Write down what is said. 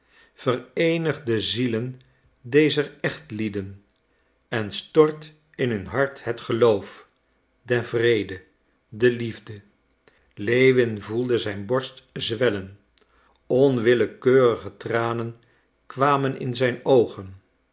vereenig de zielen dezer echtelieden en stort in hun hart het geloof den vrede de liefde lewin voelde zijn borst zwellen onwillekeurige tranen kwamen in zijn oogen